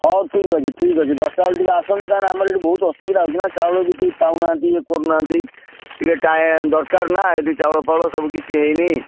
ହଉ ଠିକ୍ ଅଛି ଠିକ୍ ଅଛି ଦଶଟାବେଳକୁ ଟିକିଏ ଆସନ୍ତୁ କାରଣ ଆମର ଏଠି ବହୁତ ଅସୁବିଧା ହେଉଛି ନା ଚାଉଳ ପାଉନାହାନ୍ତି ଇଏ କରୁନାହାନ୍ତି ଟିକିଏ ଦରକାର ନା ଏଠି ଚାଉଳ ଫାଉଳ ସବୁ କିଛି ହେଇନି